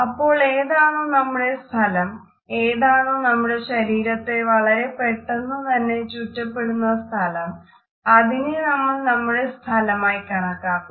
അപ്പോൾ ഏതാണോ നമ്മുടെ സ്ഥലം ഏതാണോ നമ്മുടെ ശരീരത്തെ വളരെപ്പെട്ടെന്നുതന്നെ ചുറ്റപ്പെടുന്ന സ്ഥലം അതിനെ നമ്മൾ നമ്മുടെ സ്ഥലമായി കണക്കാക്കുന്നു